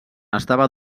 estava